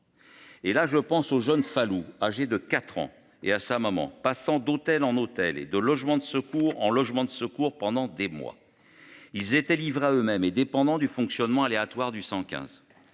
Et là je pense aux jeunes Fallout âgée de 4 ans et à sa maman, passant d'hôtel en hôtel et de logement de secours en logements de secours pendant des mois. Ils étaient livrés à eux-mêmes et dépendant du fonctionnement aléatoire du 115.